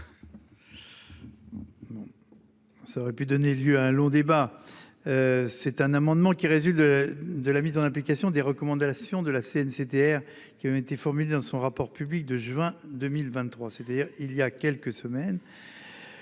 Ça aurait pu donner lieu à un long débat. C'est un amendement qui résulte de de la mise en application des recommandations de la CNCTR qui avaient été formulées dans son rapport public de juin 2023, c'est-à-dire il y a quelques semaines.